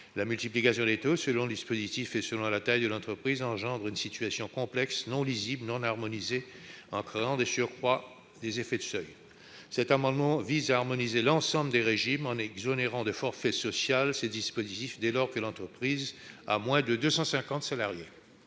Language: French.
La multiplication des taux, selon le dispositif concerné et selon la taille de l'entreprise, engendre une situation complexe, dépourvue de lisibilité et d'harmonisation, créant de surcroît des effets de seuil. Cet amendement vise donc à harmoniser l'ensemble des régimes, en exonérant de forfait social ces dispositifs dès lors que l'entreprise compte moins de 250 salariés.